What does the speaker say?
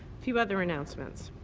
few other announcements.